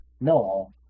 No